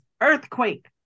earthquake